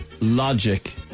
Logic